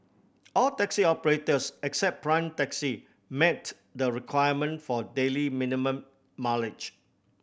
all taxi operators except Prime Taxi met the requirement for daily minimum mileage